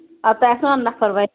آ تۄہہِ آسٮ۪و نا نَفر وتہِ